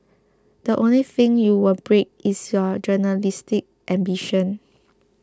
the only thing you will break is your journalistic ambition